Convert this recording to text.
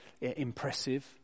impressive